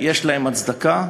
אם יש להם הצדקה.